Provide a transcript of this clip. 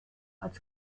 als